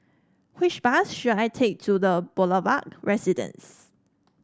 which bus should I take to The Boulevard Residence